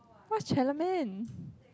what's